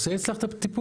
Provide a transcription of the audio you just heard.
הוא עושה אצלך את הטיפול.